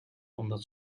omdat